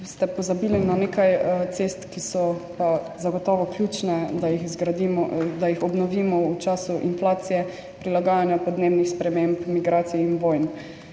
ste pozabili na nekaj cest, ki so pa zagotovo ključne, da jih obnovimo v času inflacije, prilagajanja podnebnim spremembam, migracij in vojn.